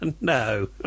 No